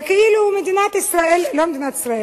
וכאילו מדינת ישראל,